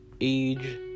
age